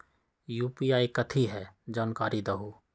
UPI कथी है? जानकारी दहु